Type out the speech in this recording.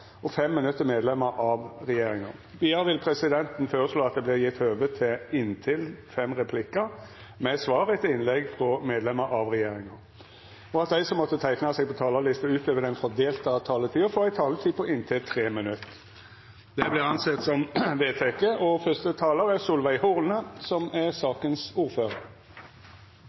og 5 minutt til medlemer av regjeringa. Vidare vil presidenten føreslå at det vert gjeve høve til replikkordskifte på inntil fem replikkar med svar etter innlegg frå medlemer av regjeringa, og at dei som måtte teikna seg på talarlista utover den fordelte taletida, får ei taletid på inntil 3 minutt. – Det